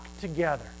together